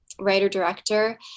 writer-director